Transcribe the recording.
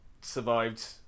survived